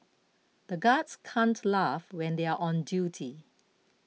the guards can't laugh when they are on duty